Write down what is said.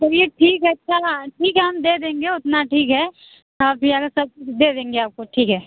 चलिए ठीक है अच्छा ठीक है हम दे देंगे उतना ठीक है तक दे देंगे आपको ठीक है